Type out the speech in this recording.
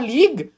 League